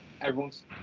everyone's